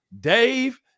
Dave